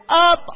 up